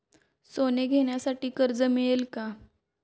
सोने घेण्यासाठी कर्ज मिळते का?